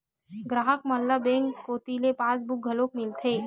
गराहक मन ल बेंक कोती ले पासबुक घलोक मिलथे